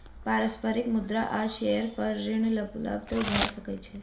पारस्परिक मुद्रा आ शेयर पर ऋण उपलब्ध भ सकै छै